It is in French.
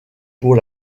pour